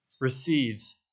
receives